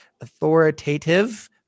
authoritative